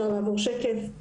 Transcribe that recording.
אנחנו